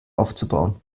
aufzubauen